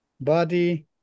body